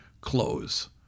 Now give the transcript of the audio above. close